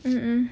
mm mm